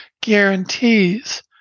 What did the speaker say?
guarantees